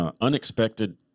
unexpected